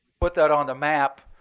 put that on the map,